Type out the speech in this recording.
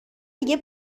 دیگه